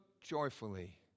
joyfully